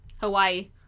Hawaii